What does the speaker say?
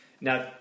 now